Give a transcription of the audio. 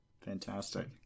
Fantastic